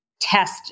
test